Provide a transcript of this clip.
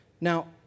Now